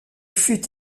fut